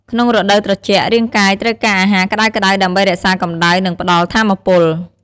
ក្នុងរដូវត្រជាក់ រាងកាយត្រូវការអាហារក្តៅៗដើម្បីរក្សាកម្ដៅ និងផ្តល់ថាមពល។